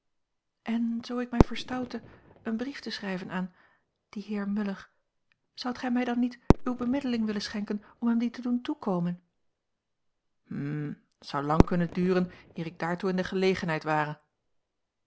en zoo ik mij verstoutte een brief te schrijven aan dien heer muller zoudt gij mij dan niet uwe bemiddeling willen schenken om hem dien te doen toekomen hm het zou lang kunnen duren eer ik daartoe in de gelegenheid ware